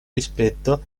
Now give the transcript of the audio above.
rispetto